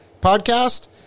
podcast